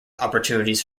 opportunities